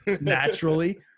naturally